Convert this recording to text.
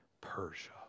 Persia